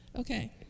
Okay